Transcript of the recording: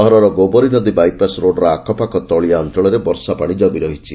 ସହରର ଗୋବରୀ ନଦୀ ବାଇପାସ୍ ରୋଡ୍ର ଆଖପାଖ ତଳିଆ ଅଞଳରେ ବର୍ଷା ପାଣି ଜମି ରହିଛି